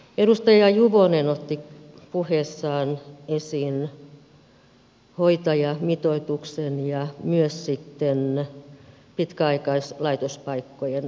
edustaja juvonen otti puheessaan esiin hoitajamitoituksen ja myös pitkäaikaislaitospaikkojen vähentämisen